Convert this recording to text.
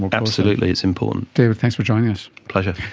and absolutely, it's important. david, thanks for joining us. pleasure.